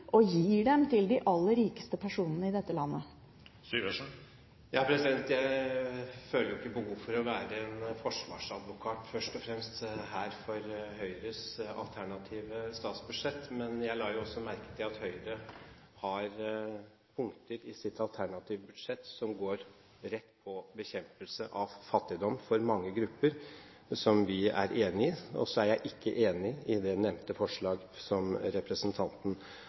og gir den til de aller rikeste personene i dette landet? Jeg føler ikke behov for først og fremst å være en forsvarsadvokat her for Høyres alternative statsbudsjett. Men jeg la jo også merke til at Høyre har punkter i sitt alternative budsjett som går rett på bekjempelse av fattigdom for mange grupper, som vi er enige i. Jeg er ikke enig i det nevnte forslaget som representanten